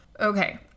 Okay